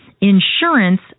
insurance